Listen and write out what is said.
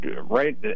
right